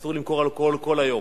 אסור למכור בהן אלכוהול כל היום.